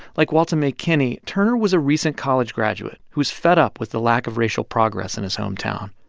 like walta mae kennie, turner was a recent college graduate who was fed up with the lack of racial progress in his hometown.